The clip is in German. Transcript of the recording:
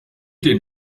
den